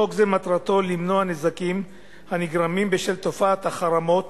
חוק זה מטרתו למנוע נזקים הנגרמים בשל תופעת החרמות